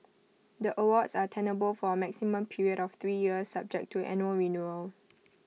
the awards are tenable for A maximum period of three years subject to annual renewal